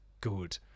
good